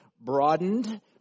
broadened